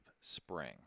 spring